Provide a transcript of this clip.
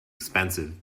expensive